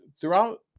throughout